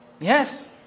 Yes